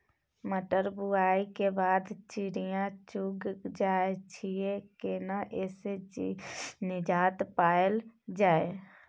मटर बुआई के बाद चिड़िया चुइग जाय छियै केना ऐसे निजात पायल जाय?